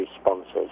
sponsors